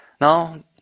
Now